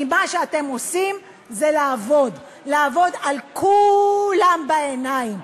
כי מה שאתם עושים זה לעבוד: לעבוד על כולם בעיניים,